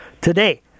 Today